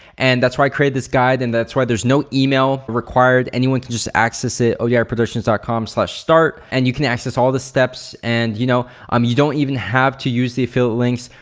and that's why i created this guide and that's why there's no email required. anyone can just access it. odiproductions dot com slash start and you can access all the steps and you know um you don't even have to use the affiliate links.